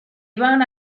iban